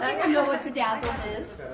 i mean know what bedazzled is.